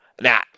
Now